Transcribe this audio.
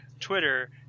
Twitter